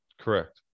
Correct